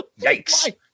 Yikes